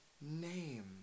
name